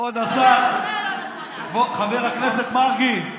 חבר הכנסת מרגי,